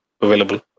available